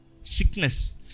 sickness